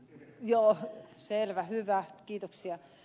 joo selvä hyvä kiitoksia